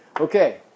Okay